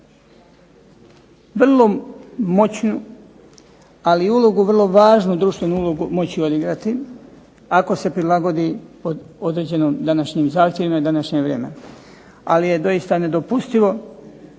vrlo moću ali ulogu vrlu važnu društvenu ulogu moći odigrati, ako se prilagodi pod određenim današnjim zahtjevima i današnjeg vremena. Ali je doista nedopustivo